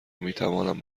میتوانم